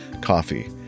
coffee